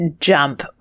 jump